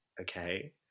okay